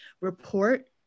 report